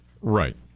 Right